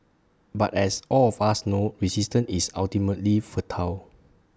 but as all of us know resistance is ultimately futile